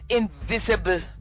invisible